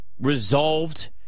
resolved